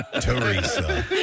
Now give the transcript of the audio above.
Teresa